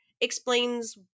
explains